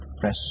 fresh